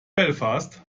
belfast